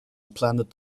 planet